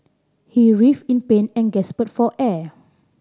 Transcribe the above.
he writhed in pain and gasped for air